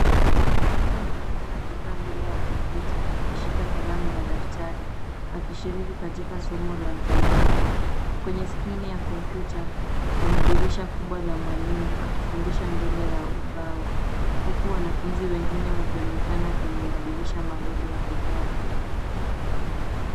Mtu anaonekana akikaa mbele ya kompyuta, akishika kalamu na daftari, akishiriki katika somo la mtandaoni. Kwenye skrini ya kopmyuta, kuna dirisha kubwa la mwalimu, akifundisha mbele ya ubao, huku wanafunzi wengine wakionekana kwenye madirisha madogo ya video.